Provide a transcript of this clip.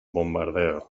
bombardeos